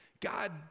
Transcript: God